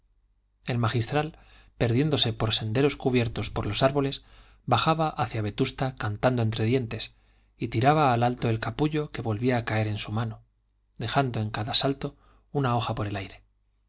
el magistral perdiéndose por senderos cubiertos por los árboles bajaba hacia vetusta cantando entre dientes y tiraba al alto el capullo que volvía a caer en su mano dejando en cada salto una hoja por el aire